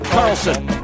Carlson